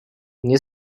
nie